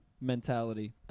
mentality